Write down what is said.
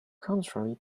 contrary